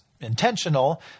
intentional